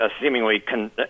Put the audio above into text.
seemingly